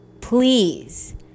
please